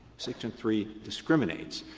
section three discriminates.